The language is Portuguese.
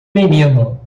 menino